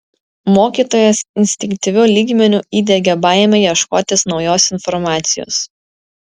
mokytojas instinktyviu lygmeniu įdiegė baimę ieškotis naujos informacijos